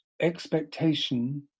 expectation